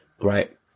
right